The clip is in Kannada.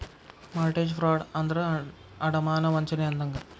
ಮಾರ್ಟೆಜ ಫ್ರಾಡ್ ಅಂದ್ರ ಅಡಮಾನ ವಂಚನೆ ಅಂದಂಗ